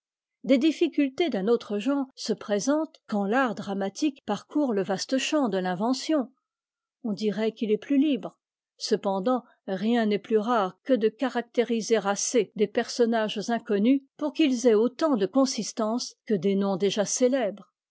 des difficultés d'un autre genre se présentent quand fart dramatique parcourt te vaste champ de l'invention oh dirait qu'il est plus fibre eependant rien n'est plus rare que de caractériser assez des personnages inconnus pour qu'ils aient autant de consistance que des noms déjà célèbres